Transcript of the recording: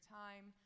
time